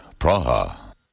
Praha